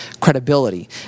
credibility